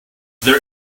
there